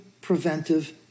preventive